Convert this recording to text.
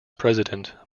president